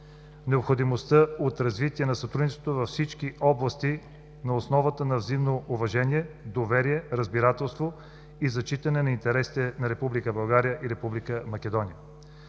необходимостта от развитие на сътрудничеството във всички области на основата на взаимно уважение, доверие, разбирателство и зачитане на интересите на Република България